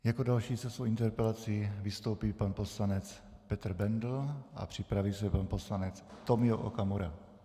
Jako další se svou interpelací vystoupí pan poslanec Petr Bendl a připraví se pan poslanec Tomio Okamura.